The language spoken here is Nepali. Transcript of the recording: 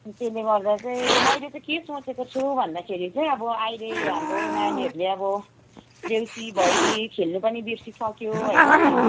त्गयसले गर्दा चाहिँ मैले चाहिँ के सोचेको छु भन्दाखेरि चाहिँ अब अहिले हाम्रो नानीहरूले अब देउसी भैली खेल्नु पनि बिर्सिसक्यो होइन